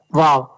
wow